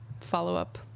follow-up